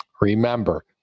Remember